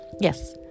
Yes